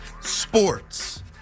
sports